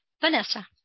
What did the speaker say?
Vanessa